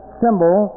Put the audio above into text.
symbol